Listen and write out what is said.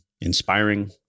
inspiring